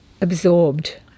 absorbed